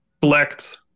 collect